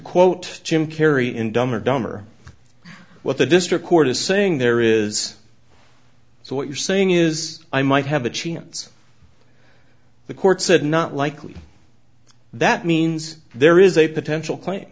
quote jim carrey in dumb and dumber what the district court is saying there is so what you're saying is i might have a chance the court said not likely that means there is a potential client